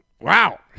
wow